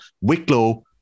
Wicklow